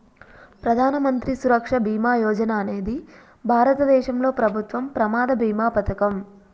ప్రధాన మంత్రి సురక్ష బీమా యోజన అనేది భారతదేశంలో ప్రభుత్వం ప్రమాద బీమా పథకం